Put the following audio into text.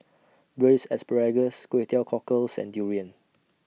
Braised Asparagus Kway Teow Cockles and Durian